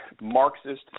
Marxist